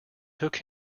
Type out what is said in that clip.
took